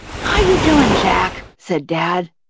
how you doin', jack? said dad.